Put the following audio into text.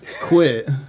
quit